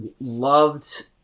loved